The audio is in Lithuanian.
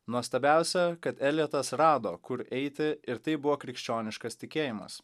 nuostabiausia kad eljotas rado kur eiti ir tai buvo krikščioniškas tikėjimas